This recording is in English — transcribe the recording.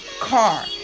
car